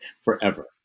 forever